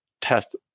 test